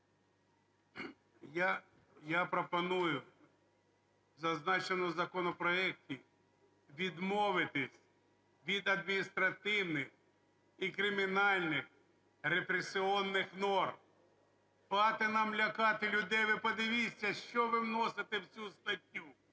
Я пропоную в зазначеному законопроекті відмовитися від адміністративних і кримінальних, репресивних норм. Хватить нам лякати людей. Ви подивіться, що ви вносите в цю статтю.